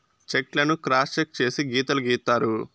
check లను cross check చేసి గీతలు గీత్తారు